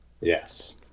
Yes